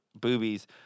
boobies